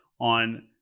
on